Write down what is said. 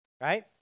right